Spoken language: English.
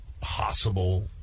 possible